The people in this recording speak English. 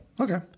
Okay